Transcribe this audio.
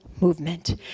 movement